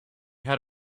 had